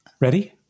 ready